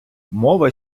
мова